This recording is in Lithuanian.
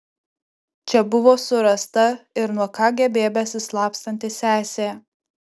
čia buvo surasta ir nuo kgb besislapstanti sesė